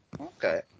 Okay